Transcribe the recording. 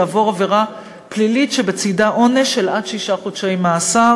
יעבור עבירה פלילית שבצדה עונש של עד שישה חודשי מאסר